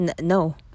no